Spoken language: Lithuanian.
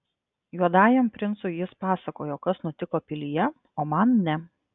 juodajam princui jis pasakojo kas nutiko pilyje o man ne